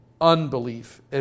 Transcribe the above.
unbelief